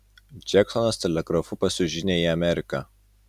džeksonas telegrafu pasiųs žinią į ameriką